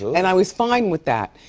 and i was fine with that.